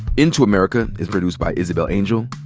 into america is produced by isabel angel,